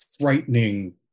frightening